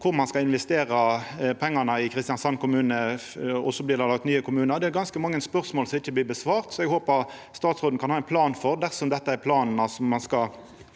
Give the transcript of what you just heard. kvar ein skal investera pengane i Kristiansand kommune, og så blir det laga nye kommunar? Det er ganske mange spørsmål som ikkje blir svara på. Eg håper statsråden kan ha ein plan, dersom det er planen at ein skal